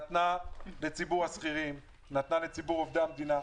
נתנה לציבור השכירים, נתנה לציבור עובדי המדינה.